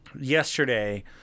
Yesterday